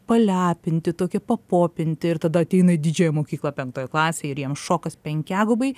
palepinti tokie papopinti ir tada ateina į didžiąją mokyklą penktoj klasėj ir jiem šokas penkiagubai